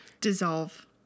Dissolve